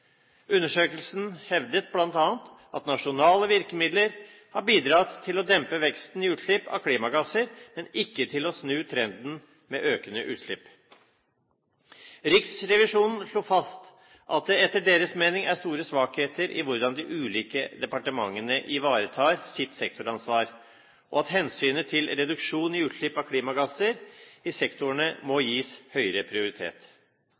Undersøkelsen hevdet bl.a. at nasjonale virkemidler har bidratt til å dempe veksten i utslipp av klimagasser, men ikke til å snu trenden med økende utslipp. Riksrevisjonen slo fast at det etter deres mening er store svakheter i hvordan de ulike departementene ivaretar sitt sektoransvar, og at hensynet til reduksjon i utslipp av klimagasser i sektorene må gis høyere prioritet.